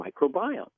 microbiome